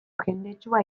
jendetsua